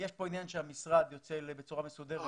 יש כאן עניין שהמשרד יוצא בצורה מסודרת.